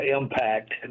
impact